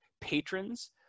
patrons